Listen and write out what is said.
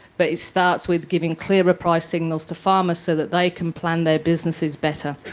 but it starts with giving clearer price signals to farmers so that they can plan their businesses better.